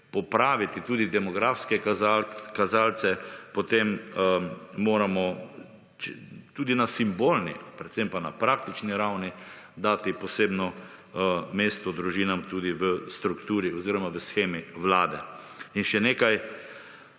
popraviti tudi demografske kazalce, potem moramo tudi na simbolni predvsem pa na praktični ravni dati posebno mesto družinam tudi v strukturi oziroma v shemi Vlade. In še nekaj.